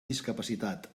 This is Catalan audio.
discapacitat